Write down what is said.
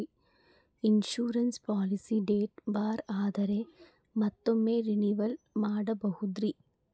Insurance policy date ಬಾರ್ ಆದರೆ ಮತ್ತೊಮ್ಮೆ ರಿನಿವಲ್ ಮಾಡಬಹುದ್ರಿ?